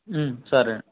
సరే